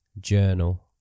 Journal